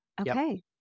Okay